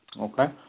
okay